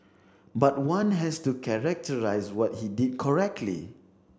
but one has to characterise what he did correctly